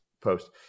post